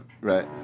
Right